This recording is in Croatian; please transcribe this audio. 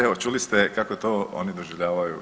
Evo čuli ste kako to oni doživljavaju.